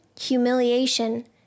humiliation